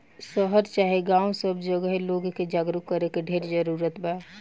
शहर चाहे गांव सब जगहे लोग के जागरूक करे के ढेर जरूरत बा